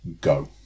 go